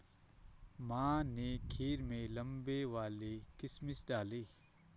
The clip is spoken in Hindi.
माँ ने खीर में लंबे वाले किशमिश डाले